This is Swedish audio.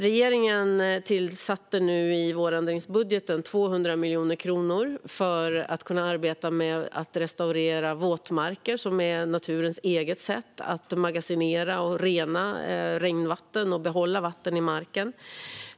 Regeringen avsatte i vårändringsbudgeten 200 miljoner kronor för arbete med att restaurera våtmarker, vilket är naturens eget sätt att magasinera och rena regnvatten samt behålla vatten i marken.